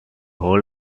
hold